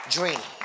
Dream